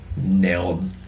nailed